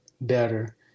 better